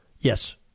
Yes